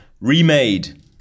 Remade